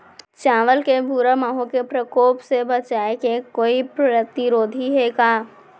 चांवल के भूरा माहो के प्रकोप से बचाये के कोई प्रतिरोधी हे का?